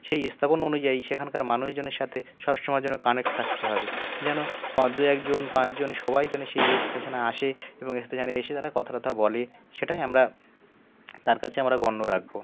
সেই স্থাপন অনুযায়ী সেখানকার মানুষজনের সাথে সব সময়ের জন্য কানেক্ট থাকতে হবে যেন তার দু একজন পাঁচজন সবাই যেন সেই স্টেশনে আসে এবং স্টেশনে এসে যেন তারা কথা টথা বলে সেটাই আমরা তার কাছে আমরা গণ্য রাখব